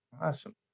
Awesome